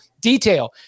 detail